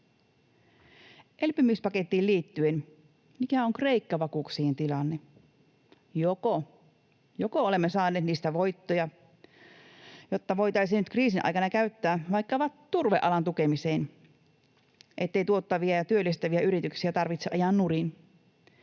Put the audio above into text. Elpymispakettiin liittyen: Mikä on Kreikka-vakuuksien tilanne? Joko olemme saaneet niistä voittoja, joita voitaisiin nyt kriisin aikana käyttää vaikkapa turvealan tukemiseen, niin ettei tuottavia ja työllistäviä yrityksiä tarvitse ajaa nurin?